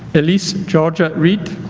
elise georgia read